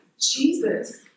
Jesus